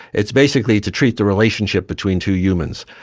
it's basically to treat the relationship between two humans.